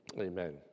amen